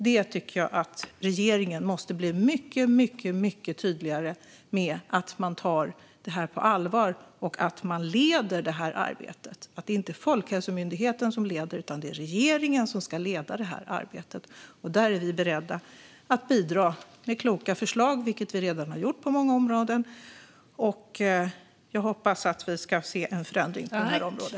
Jag tycker att regeringen måste bli mycket tydligare med att man tar detta på allvar, att man leder arbetet och att det inte är Folkhälsomyndigheten utan regeringen som ska leda arbetet. Där är vi beredda att bidra med kloka förslag, vilket vi redan har gjort på många områden. Jag hoppas att vi får se en förändring på detta område.